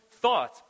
thought